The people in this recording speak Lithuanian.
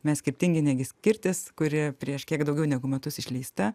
mes skirtingi negi skirtis kuri prieš kiek daugiau negu metus išleista